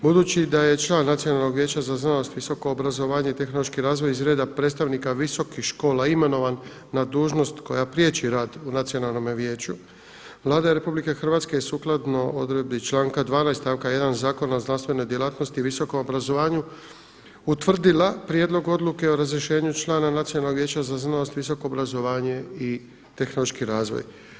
Budući da je član Nacionalnog vijeća za znanost, visoko obrazovanje i tehnološki razvoj iz reda predstavnika visokih škola imenovan na dužnost koja priječi rad u Nacionalnome vijeću, Vlada RH sukladno odredbi članka 12. stavka 1. Zakona o znanstvenoj djelatnosti i visokom obrazovanju utvrdila prijedlog odluke o razrješenju člana Nacionalnog vijeća za znanost, visoko obrazovanje i tehnološki razvoj.